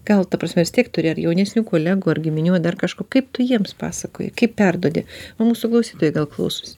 gal ta prasme vis tiek turi ar jaunesnių kolegų ar giminių ar dar kažko kaip tu jiems pasakoji kaip perduodi o mūsų klausytojai gal klausosi